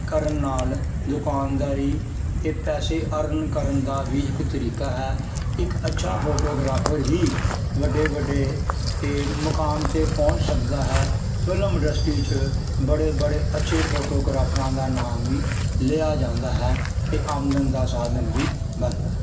ਕਰਨ ਨਾਲ ਦੁਕਾਨਦਾਰੀ ਅਤੇ ਪੈਸੇ ਅਰਨ ਕਰਨ ਦਾ ਵੀ ਇੱਕ ਤਰੀਕਾ ਹੈ ਇੱਕ ਅੱਛਾ ਫੋਟੋਗ੍ਰਾਫਰ ਹੀ ਵੱਡੇ ਵੱਡੇ ਇਹ ਮੁਕਾਮ 'ਤੇ ਪਹੁੰਚ ਸਕਦਾ ਹੈ ਫਿਲਮ ਇੰਡਸਟਰੀ 'ਚ ਬੜੇ ਬੜੇ ਅੱਛੇ ਫੋਟੋਗ੍ਰਾਫਰਾਂ ਦਾ ਨਾਮ ਵੀ ਲਿਆ ਜਾਂਦਾ ਹੈ ਅਤੇ ਆਮਦਨ ਦਾ ਸਾਧਨ ਵੀ ਬਣਦਾ